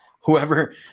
Whoever